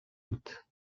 doute